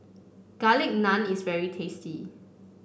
Garlic Naan is very tasty